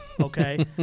okay